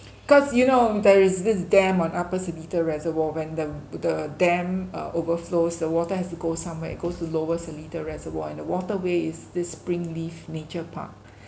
cause you know there is this dam on upper seletar reservoir when the the dam uh overflows the water has to go somewhere it goes to lower seletar reservoir and the waterway is this springleaf nature park